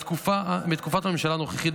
בתקופת הממשלה הנוכחית,